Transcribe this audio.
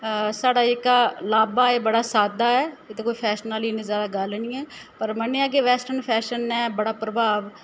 साढ़ा जेह्का लाब्बा ऐ एह् बड़ा सादा ऐ इत्त कोई फैशन आह्ली इन्नी ज्यादा गल्ल नी ऐ पर मन्नेआ कि वेस्टन फैशन ऐ बड़ा प्रभाव